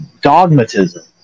dogmatism